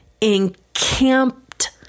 encamped